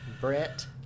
Brett